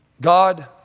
God